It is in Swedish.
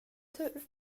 tur